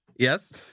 Yes